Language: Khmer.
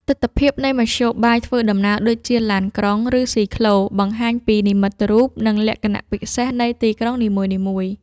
ទិដ្ឋភាពនៃមធ្យោបាយធ្វើដំណើរដូចជា ឡានក្រុង ឬស៊ីក្លូ បង្ហាញពីនិមិត្តរូប និងលក្ខណៈពិសេសនៃទីក្រុងនីមួយៗ។